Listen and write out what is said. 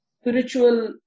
spiritual